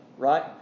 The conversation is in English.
Right